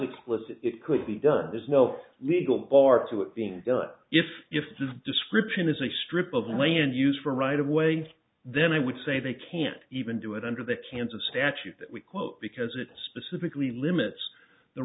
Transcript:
explicit it could be done there's no legal bar to it being done or if if this description is a strip of land use for right of way then i would say they can't even do it under the cans of statute that we quote because it specifically limits the